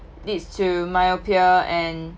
leads to myopia and